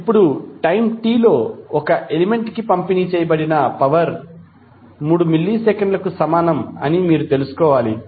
ఇప్పుడుటైమ్ t లో ఒక element కి పంపిణీ చేయబడిన పవర్ 3 మిల్లీసెకన్లకు సమానం అని మీరు తెలుసుకోవాలి